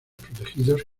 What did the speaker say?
protegidos